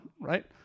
right